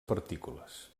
partícules